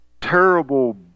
terrible